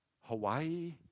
Hawaii